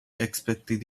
expected